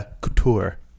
couture